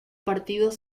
partidos